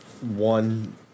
One